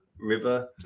river